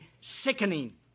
sickening